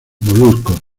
moluscos